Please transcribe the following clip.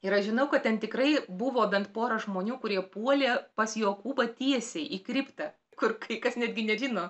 ir aš žinau kad ten tikrai buvo bent pora žmonių kurie puolė pas jokūbą tiesiai į kriptą kur kai kas netgi nežino